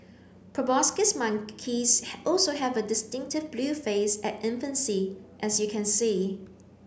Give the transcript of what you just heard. proboscis monkeys also have a distinctive blue face at infancy as you can see